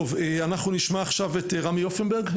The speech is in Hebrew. אנחנו נשמע עכשיו את רמי הופנברג,